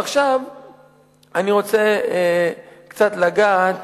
עכשיו אני רוצה קצת לגעת